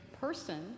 person